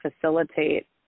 facilitate